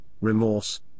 remorse